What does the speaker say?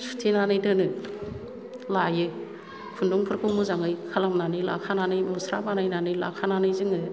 सुथेनानै दोनो लायो खुन्दुंफोरखौ मोजाङै खालामनानै लाखानानै मुस्रा बानायनानै लाखानानै जोङो